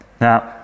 Now